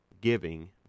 giving